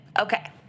Okay